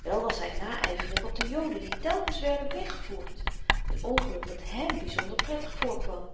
wel was hy nayverig op de joden die telkens werden weggevoerd n ongeluk dat hèm byzonder prettig voorkwam